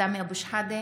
סמי אבו שחאדה,